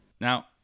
Now